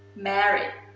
married.